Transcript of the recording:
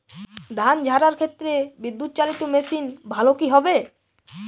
ধান ঝারার ক্ষেত্রে বিদুৎচালীত মেশিন ভালো কি হবে?